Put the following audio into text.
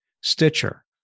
Stitcher